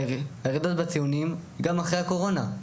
הירידות בציונים גם אחרי הקורונה.